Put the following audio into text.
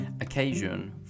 occasion